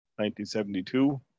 1972